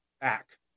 back